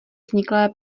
vzniklé